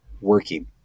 working